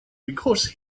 because